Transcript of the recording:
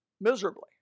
miserably